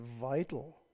vital